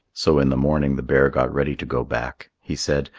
so in the morning the bear got ready to go back. he said,